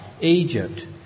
Egypt